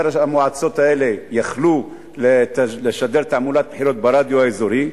הן יכלו לשדר תעמולת בחירות ברדיו האזורי,